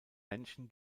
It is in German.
menschen